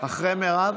אחרי מירב.